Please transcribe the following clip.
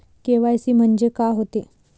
KYC म्हंनजे का होते?